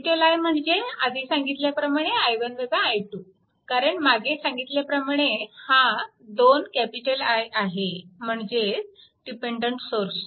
I म्हणजे आधी सांगितल्याप्रमाणे कारण मागे सांगितल्याप्रमाणे हा 2I आहे म्हणजे डिपेन्डन्ट सोर्स